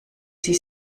sie